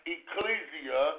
Ecclesia